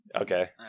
Okay